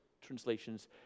translations